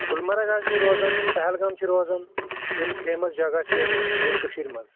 گُلمرگ حظ چھِ روزان پہلگام چھِ روزَان یِم فیمَس جگہ چھِ ییٚتہِ کٔشیٖرِ منٛز